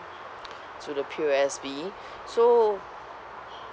to the P_O_S_B so